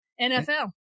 NFL